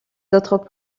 d’autres